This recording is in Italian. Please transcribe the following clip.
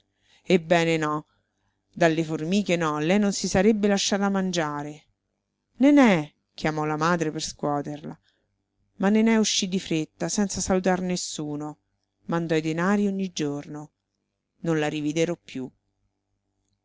ebbene no dalle formiche no lei non si sarebbe lasciata mangiare nené chiamò la madre per scuoterla ma nené uscì di fretta senza salutar nessuno mandò i denari ogni giorno non la rividero più